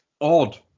odd